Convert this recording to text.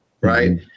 right